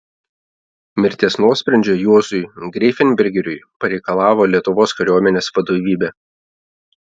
mirties nuosprendžio juozui greifenbergeriui pareikalavo lietuvos kariuomenės vadovybė